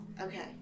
Okay